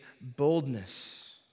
boldness